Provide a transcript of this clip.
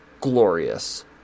glorious